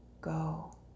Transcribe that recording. go